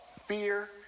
fear